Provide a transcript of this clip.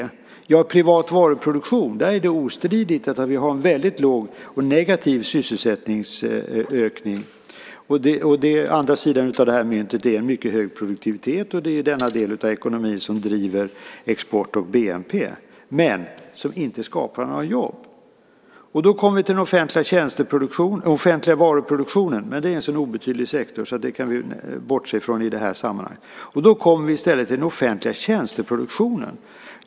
När det gäller privat varuproduktion är det ostridigt att vi har en väldigt låg och negativ sysselsättningsökning. Och andra sidan av det här myntet är en mycket hög produktivitet, och det är denna del av ekonomin som driver export och bnp, men som inte skapar några jobb. Då kommer vi till den offentliga varuproduktionen, men det är en så obetydlig sektor, så den kan vi bortse från i detta sammanhang. Då kommer vi i stället till den offentliga tjänsteproduktionen.